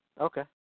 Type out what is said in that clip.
Okay